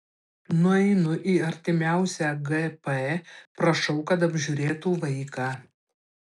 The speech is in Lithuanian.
nueinu į artimiausią gp prašau kad apžiūrėtų vaiką